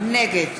נגד